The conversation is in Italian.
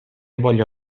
voglio